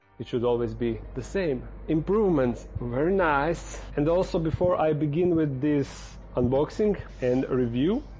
it should always be the same improvements. very nice! and also before i begin with this unboxing and review,